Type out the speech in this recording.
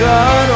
God